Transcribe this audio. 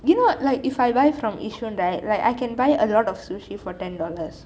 you know like if I buy from yishun right like I can buy a lot of sushi for ten dollars